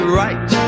right